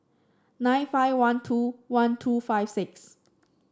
nine five one two one two five six